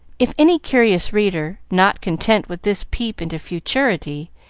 if any curious reader, not content with this peep into futurity,